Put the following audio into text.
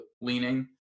leaning